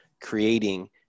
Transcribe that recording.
creating